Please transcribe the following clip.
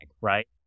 right